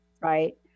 Right